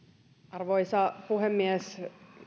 arvoisa puhemies